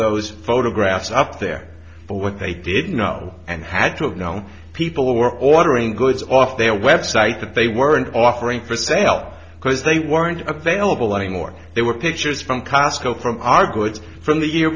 those photographs up there but what they didn't know and had to have know people were ordering goods off their website that they weren't offering for sale because they weren't available anymore they were pictures from costco from